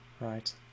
right